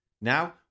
Now